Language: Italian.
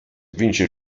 vince